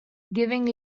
giving